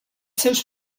seus